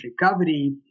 recovery